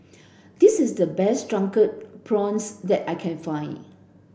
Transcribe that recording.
this is the best drunken prawns that I can find